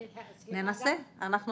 ננסה, אנחנו